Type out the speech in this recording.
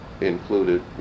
included